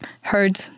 heard